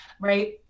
right